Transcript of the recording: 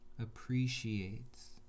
appreciates